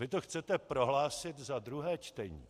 A vy to chcete prohlásit za druhé čtení!